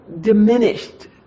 diminished